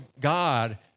God